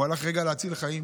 הוא הלך רגע להציל חיים.